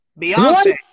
Beyonce